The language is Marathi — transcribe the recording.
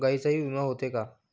गायींचाही विमा होते का?